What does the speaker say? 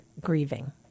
grieving